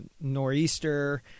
nor'easter